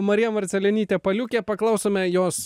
marija marcelionytė paliukė paklausome jos